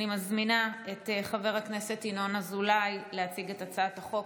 אני מזמינה את חבר הכנסת ינון אזולאי להציג את הצעת החוק,